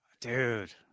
Dude